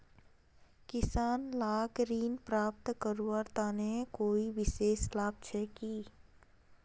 किसान लाक ऋण प्राप्त करवार तने कोई विशेष लाभ छे कि?